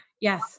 yes